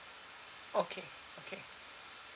okay okay